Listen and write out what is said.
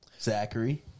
Zachary